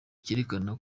cyerekana